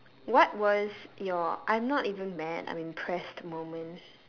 what was your I'm not even mad I'm impressed moment